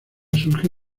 surge